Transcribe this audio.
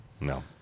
No